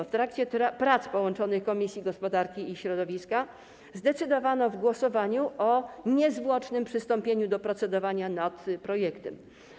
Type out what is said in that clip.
W trakcie prac połączonych komisji gospodarki i środowiska zdecydowano w głosowaniu o niezwłocznym przystąpieniu do procedowania nad projektem.